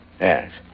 Yes